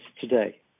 today